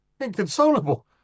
Inconsolable